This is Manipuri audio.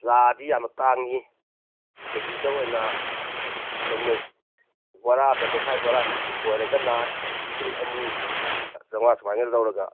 ꯂꯥꯗꯤ ꯌꯥꯝꯅ ꯇꯥꯡꯉꯤ ꯀꯦ ꯖꯤꯗ ꯑꯣꯏꯅ ꯂꯧꯅꯩ ꯕꯣꯔꯥꯗ ꯕꯦꯈꯥꯏ ꯕꯣꯔꯥꯗ ꯑꯣꯏꯔꯒꯅ ꯂꯤꯁꯤꯡ ꯑꯅꯤ ꯆꯥꯝꯃꯉꯥ ꯁꯨꯃꯥꯏꯅ ꯂꯧꯔꯒ